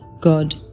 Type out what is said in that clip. God